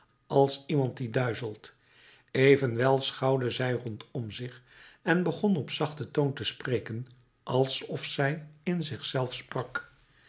als iemand die duizelt evenwel schouwde zij rondom zich en begon op zachten toon te spreken alsof zij in zich zelve sprak